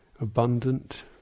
abundant